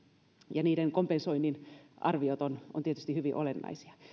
ja niiden kompensoinnin arviot ovat tietysti hyvin olennaisia